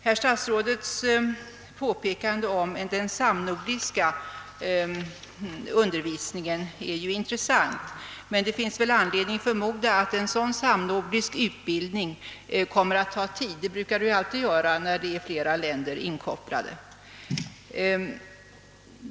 Herr statsrådets påpekande om den samnordiska undervisningen är intressant, men man kan förmoda att det kommer att ta tid att ordna en sådan; det brukar det alltid göra när flera länder är inkopplade.